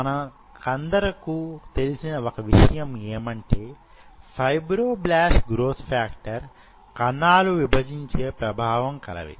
మనకందరకు తెలిసిన వొక విషయం యేమంటే ఫైబ్రో బ్లాస్ట్ గ్రోత్ ఫ్యాక్టర్ కణాలు విభజించే ప్రభావం కలవి